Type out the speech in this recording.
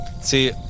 See